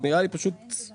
זה נראה לי פשוט מיותר,